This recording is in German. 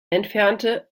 entfernte